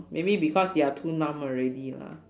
maybe because you are too numb already lah